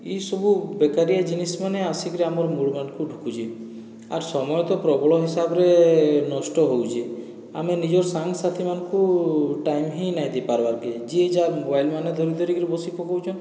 ଇ ସବୁ ବେକାରିଆ ଜିନିଷ୍ମାନେ ଆସିକିରି ଆମର ମୁଣ୍ଡ୍ ଅନ୍କୁ ଢୁକୁଛେ ଆର୍ ସମୟତ ପ୍ରବଳ ହିସାବରେ ନଷ୍ଟ ହେଉଛେ ଆମେ ନିଜର୍ ସାଙ୍ଗ ସାଥିମାନଙ୍କୁ ଟାଇମ ହିଁ ନାଇଁ ଦେଇ ପାର୍ବାର୍କେ ଯିଏ ଯାହା ମୋବାଇଲ ମାନ ଧରି ଧରିକିରି ବସି ପକଉଛନ୍